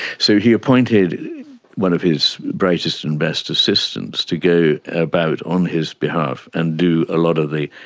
so he appointed one of his brightest and best assistants to go about on his behalf and do a lot of the,